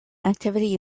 activity